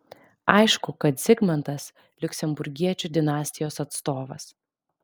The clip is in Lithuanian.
aišku kad zigmantas liuksemburgiečių dinastijos atstovas